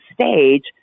stage